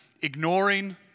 ignoring